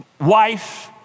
wife